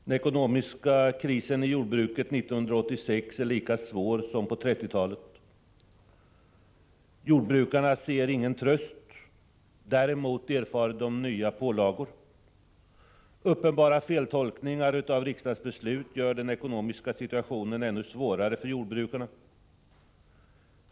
Den ekonomiska krisen i jordbruket 1986 är lika svår som krisen var på 1930-talet. Jordbrukarna ser ingen tröst. Däremot erfar de nya pålagor. Uppenbara feltolkningar av riksdagsbeslut gör den ekonomiska situationen ännu svårare för jordbrukarna.